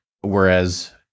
whereas